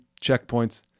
checkpoints